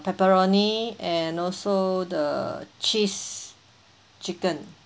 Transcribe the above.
pepperoni and also the cheese chicken